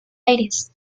aires